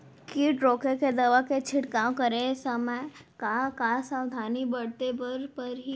किट रोके के दवा के छिड़काव करे समय, का का सावधानी बरते बर परही?